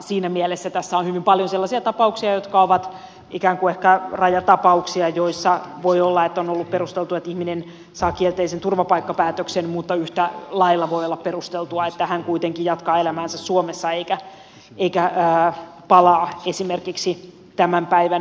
siinä mielessä tässä on hyvin paljon sellaisia tapauksia jotka ovat ikään kuin ehkä rajatapauksia joissa voi olla että on ollut perusteltua että ihminen saa kielteisen turvapaikkapäätöksen mutta yhtä lailla voi olla perusteltua että hän kuitenkin jatkaa elämäänsä suomessa eikä palaa esimerkiksi tämän päivän irakiin